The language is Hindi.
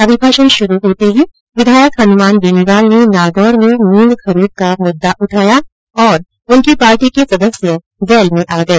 अभिभाषण शरू होते ही विधायक हनमान बेनीवाल ने नागौर मे मंग खरीद का मददा उठाया और उनकी पार्टी के सदस्य वैल में आ गए